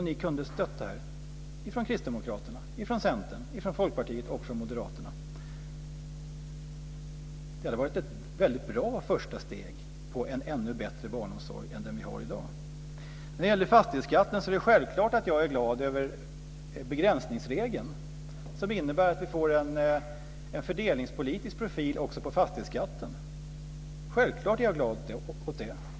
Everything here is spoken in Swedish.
Ni från Kristdemokraterna, Centern, Folkpartiet och Moderaterna kunde ha stött det. Det hade varit ett väldigt bra första steg till en ännu bättre barnomsorg än den vi har i dag. När det gäller fastighetsskatten är det självklart att jag är glad över begränsningsregeln som innebär att vi får en fördelningspolitisk profil också på fastighetsskatten. Självklart är jag glad åt det.